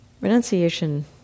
Renunciation